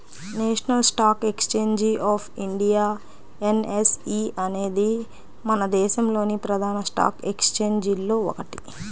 national stock exchange of India NSE అనేది మన దేశంలోని ప్రధాన స్టాక్ ఎక్స్చేంజిల్లో ఒకటి